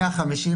מה אני אומר